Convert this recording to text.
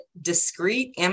discrete